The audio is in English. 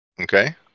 Okay